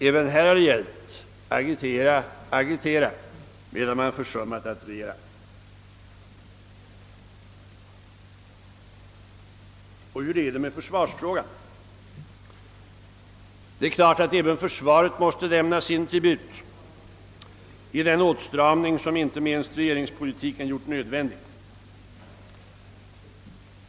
Även här har det gällt att agitera och agitera, medan man försummat att regera. Och hur är det med försvarsfrågan? Det är klart att även försvaret måste lämna sin tribut i den åtstramning som inte minst regeringspolitiken har gjort nödvändig.